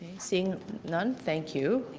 seeing none, thank you.